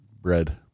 bread